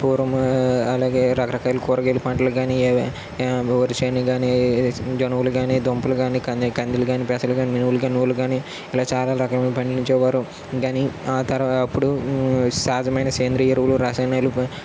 పూర్వము అలాగే రకరకాల కురగాయలు పంటలు కాని వర్రి చేనుకి కాని జోనావులుగాని దుంపలుగని కని కందులు కాని పెసలు కాని మినుములు కాని నువ్వులు కాని అలాగే చాలా రకాలు పండించేవారు కాని అతర్వ అప్పుడు సహజమైన సేంద్రీయ ఎరువులు రసాయనాలు